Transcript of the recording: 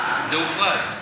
זה הופרד.